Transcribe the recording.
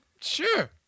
Sure